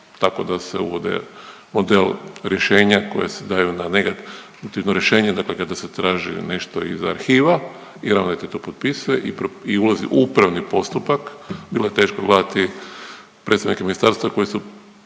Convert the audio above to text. tako da se uvode model rješenja koje se daju na negativno rješenje, dakle kada se traži nešto iz arhiva i ravnatelj to potpisuje i ulazi u upravni postupak. Bilo je teško gledati predstavnike ministarstva koji su